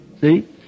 See